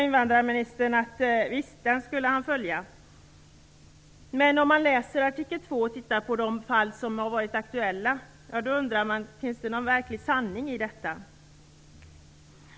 Invandrarministern sade att han skulle följa barnkonventionen. Men om man läser artikel 2 och tittar på de fall som är aktuella undrar man om det ligger någon sanning i det.